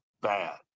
bad